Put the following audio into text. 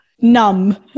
Numb